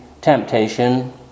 temptation